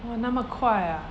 !wah! 那么快 ah